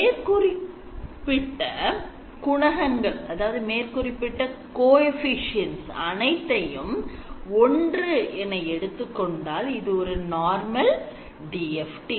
மேற்குறிப்பிட்ட குணங்கள் அனைத்தையும் 1 என எடுத்துக் கொண்டால் இது ஓர் normal DFT